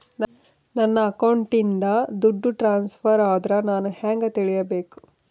ನನ್ನ ಅಕೌಂಟಿಂದ ದುಡ್ಡು ಟ್ರಾನ್ಸ್ಫರ್ ಆದ್ರ ನಾನು ಹೆಂಗ ತಿಳಕಬೇಕು?